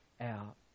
out